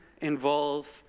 involves